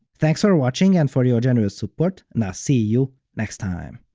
thanks for watching and for your generous support, and i'll see you next time!